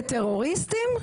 מוגלה וטרוריסטים,